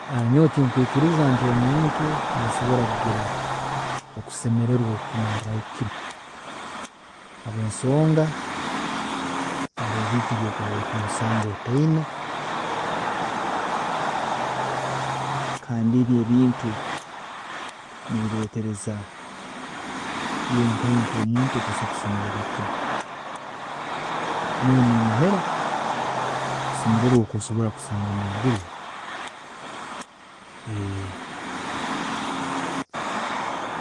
Nanyowe tinkwiikiriza nti omuntu nosobola kugira okusemererwa okukumaarra kimu habwensonga haroho ebintu ebi okuba nosanga otaine kandi ebi ebintu nibireetareza iwe nkaiwe nk'omuntu otasobola kusemerererwa kimu, nanyowe niinihira okusemererwa nosobola kukusanga mwiguru oku.